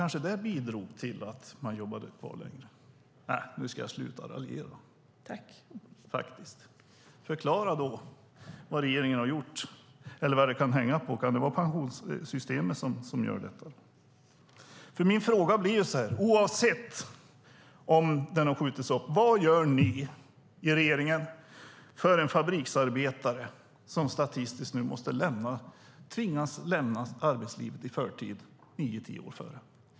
Kanske har det bidragit till att man jobbar kvar längre. Nej, nu ska jag sluta raljera, men förklara vad regeringen har gjort eller vad det kan hänga på. Kan det vara pensionssystemet som gör detta? Min fråga blir så här: Oavsett om pensionsåldern har skjutits upp eller inte, vad gör regeringen för en fabriksarbetare som statistiskt tvingas lämna arbetslivet nio tio år i förtid?